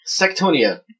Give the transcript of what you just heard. Sectonia